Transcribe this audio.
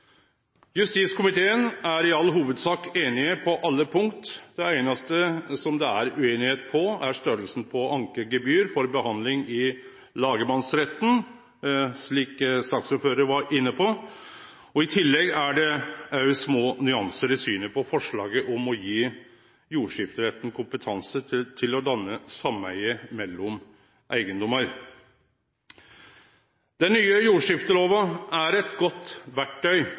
Justiskomiteen er i all hovudsak einige på alle punkt. Det einaste som det er ueinigheit om, er størrelsen på ankegebyr for behandling i lagmannsretten, slik saksordføraren var inne på. I tillegg er det òg små nyansar i synet på forslaget om å gje jordskifteretten kompetanse til å danne sameige mellom eigedommar. Den nye jordskiftelova er eit godt